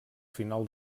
final